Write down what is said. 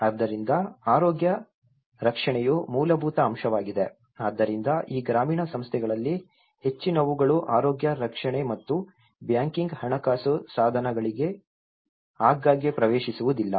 ಆದ್ದರಿಂದ ಆರೋಗ್ಯ ರಕ್ಷಣೆಯು ಮೂಲಭೂತ ಅಂಶವಾಗಿದೆ ಆದ್ದರಿಂದ ಈ ಗ್ರಾಮೀಣ ಸಂಸ್ಥೆಗಳಲ್ಲಿ ಹೆಚ್ಚಿನವುಗಳು ಆರೋಗ್ಯ ರಕ್ಷಣೆ ಮತ್ತು ಬ್ಯಾಂಕಿಂಗ್ ಹಣಕಾಸು ಸಾಧನಗಳಿಗೆ ಆಗಾಗ್ಗೆ ಪ್ರವೇಶಿಸುವುದಿಲ್ಲ